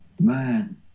man